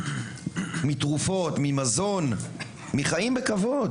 מתרופות ומחיים בכבוד.